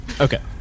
Okay